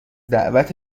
دعوت